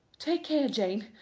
take care, jane.